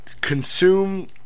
consume